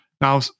Now